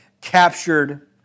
captured